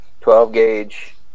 12-gauge